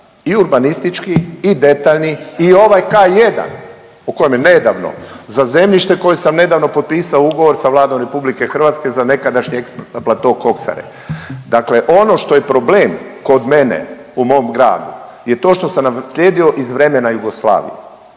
i urbanistički i detaljni i ovaj K1 u kojem nedavno za zemljište koje sam nedavno potpisao ugovor sa Vladom RH za nekadašnji plato Koksare. Dakle, ono što je problem kod mene u mom gradu je to što sam naslijedio iz vremena Jugoslavije,